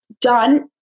done